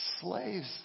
slaves